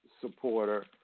supporter